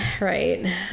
Right